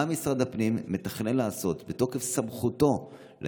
מה משרד הפנים מתכנן לעשות בתוקף סמכותו כדי